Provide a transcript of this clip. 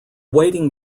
waiting